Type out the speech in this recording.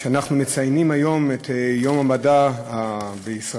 אנחנו מציינים היום את יום המדע בישראל.